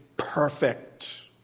perfect